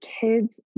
kids